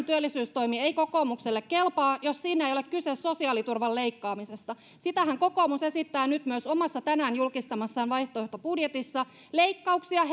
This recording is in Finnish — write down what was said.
työllisyystoimi ei kokoomukselle kelpaa jos siinä ei ole kyse sosiaaliturvan leikkaamisesta sitähän kokoomus esittää nyt myös omassa tänään julkistamassaan vaihtoehtobudjetissa leikkauksia